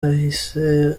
parike